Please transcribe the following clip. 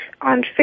on